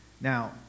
Now